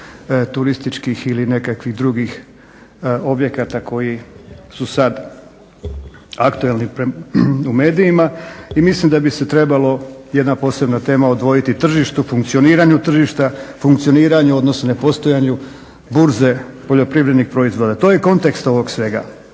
turističkih ili nekakvih drugih objekata koji su sad aktualni u medijima. I mislim da bi se trebalo jedna posebna tema odvojiti tržištu, funkcioniranju tržišta, funkcioniranju odnosno ne postojanju burze poljoprivrednih proizvoda. To je i kontekst ovog svega.